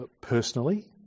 personally